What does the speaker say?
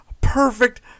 perfect